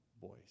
voice